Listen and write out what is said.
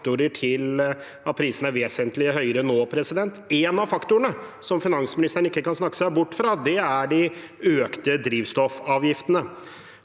til at prisene er vesentlig høyere nå. En av faktorene som finansministeren ikke kan snakke seg bort fra, er de økte drivstoffavgiftene.